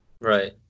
Right